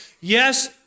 yes